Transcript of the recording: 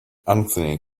anthony